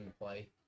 play